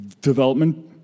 development